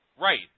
Right